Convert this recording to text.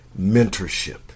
Mentorship